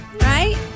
Right